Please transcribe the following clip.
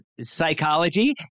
psychology